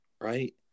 right